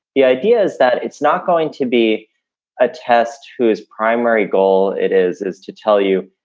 the idea is that it's not going to be a test. who is primary goal? it is, is to tell you,